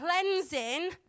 cleansing